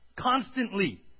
Constantly